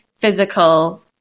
physical